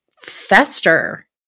fester